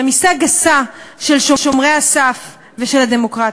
רמיסה גסה של שומרי הסף ושל הדמוקרטיה,